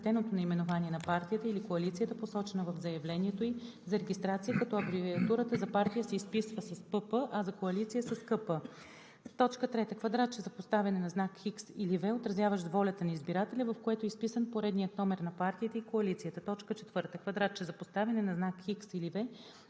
съкратеното наименование на партията или коалицията, посочено в заявлението ѝ за регистрация, като абревиатурата за партия се изписва с „ПП“, а за коалиция – с „КП“; 3. квадратче за поставяне на знак „X“ или „V“, отразяващ волята на избирателя, в което е изписан поредният номер на партията и коалицията; 4. квадратче за поставяне на знак „X“ или